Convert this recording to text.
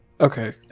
Okay